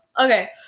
Okay